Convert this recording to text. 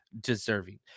deserving